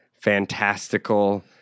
fantastical